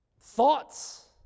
Thoughts